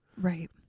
Right